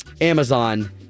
Amazon